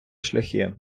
шляхи